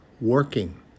working